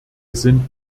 sind